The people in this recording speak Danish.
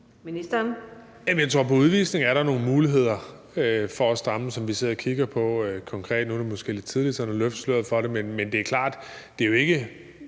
at i forhold til udvisninger er der nogle muligheder for at stramme, som vi sidder og kigger på konkret. Nu er det måske lidt tidligt sådan at løfte sløret for det, men det er klart, at det jo ikke